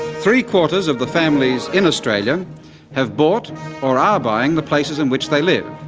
three-quarters of the families in australia have bought or are buying the places in which they live.